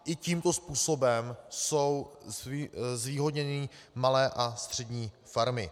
I tímto způsobem jsou zvýhodněny malé a střední farmy.